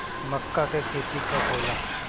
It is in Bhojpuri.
माका के खेती कब होला?